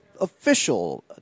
official